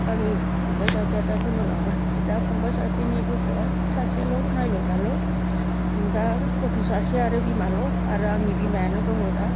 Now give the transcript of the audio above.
आंनि फंबाइ सासेया दा गोमालांबाय दा फंबाइ सासेनि गथ'आ सासेल' नायल' जाल' दा गथ' सासे आरो बिमाल' आरो आंनि बिमायानो दङो दा